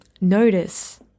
notice